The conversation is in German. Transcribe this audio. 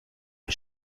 der